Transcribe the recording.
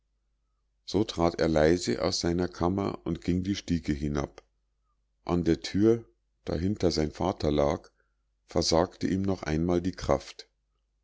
so trat er leise aus seiner kammer und ging die stiege hinab an der tür dahinter sein vater lag versagte ihm noch einmal die kraft